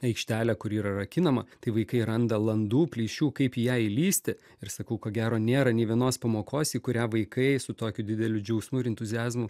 aikštelė kuri yra rakinama tai vaikai randa landų plyšių kaip į ją įlįsti ir sakau ko gero nėra nė vienos pamokos į kurią vaikai su tokiu dideliu džiaugsmu ir entuziazmu